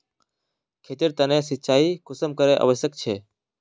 खेतेर तने सिंचाई कुंसम करे आवश्यक छै?